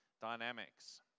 dynamics